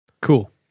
Cool